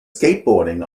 skateboarding